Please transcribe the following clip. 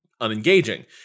unengaging